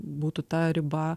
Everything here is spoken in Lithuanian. būtų ta riba